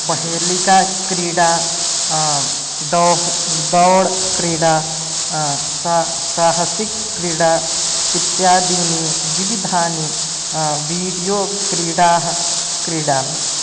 पहलिकाक्रीडा दो दौड् क्रीडा साहसिक क्रिडा इत्यादीनि विविधानि वीडियो क्रीडाः क्रीडामि